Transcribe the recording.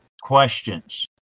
questions